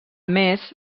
més